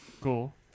Cool